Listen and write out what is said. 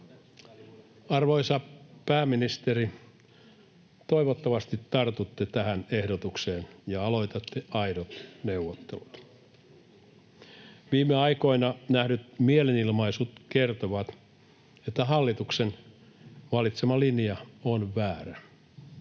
Arvoisa pääministeri, toivottavasti tartutte tähän ehdotukseen ja aloitatte aidot neuvottelut. Viime aikoina nähdyt mielenilmaisut kertovat, että hallituksen valitsema linja on väärä.